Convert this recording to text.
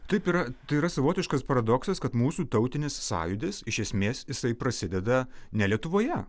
taip yra tai yra savotiškas paradoksas kad mūsų tautinis sąjūdis iš esmės jisai prasideda ne lietuvoje